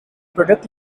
product